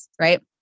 right